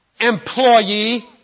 employee